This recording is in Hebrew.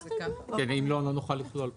כי אם לא, לא נוכל לכלול פשוט.